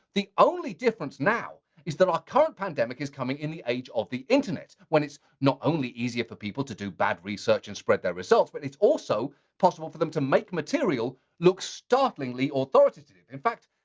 the only difference now, is that our current pandemic is coming in the age of the internet. when it's not only easier for people to do bad research and spread their results, but it's also possible for them to make material look startlingly authoritative. in fact,